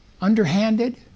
underhanded